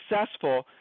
successful